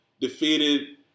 defeated